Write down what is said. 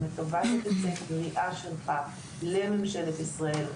ומקווה שתצא קריאה שלך לממשלת ישראל,